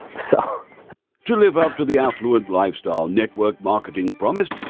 so to live up to the affluent lifestyle network marketing promised,